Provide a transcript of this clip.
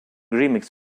remix